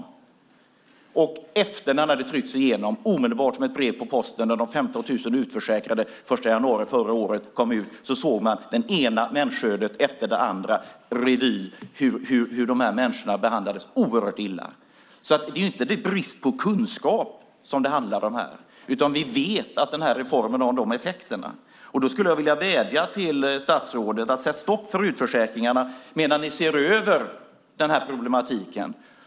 Omedelbart efter att den hade tryckts igenom, som ett brev på posten, och 15 000 utförsäkrades den 1 januari förra året såg man det ena människoödet efter det andra och hur oerhört illa dessa människor behandlades. Det är inte brist på kunskap som det handlar om här. Vi vet att denna reform har dessa effekter. Jag skulle vilja vädja till statsrådet att ni sätter stopp för utförsäkringarna medan ni ser över denna problematik.